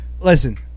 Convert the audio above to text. listen